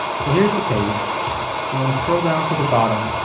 so here's the page you want to scroll down to the bottom,